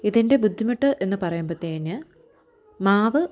ഇതിൻ്റെ ബുദ്ധിമുട്ട് എന്ന് പറയുമ്പത്തേന് മാവ്